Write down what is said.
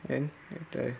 N ଏତେ